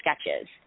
sketches